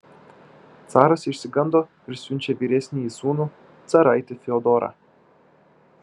caras išsigando ir siunčia vyresnįjį sūnų caraitį fiodorą